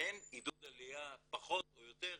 אין עידוד עליה פחות או יותר מנעל"ה,